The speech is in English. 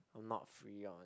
I'm not free on